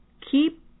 Keep